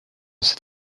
cet